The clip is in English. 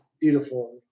beautiful